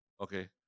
okay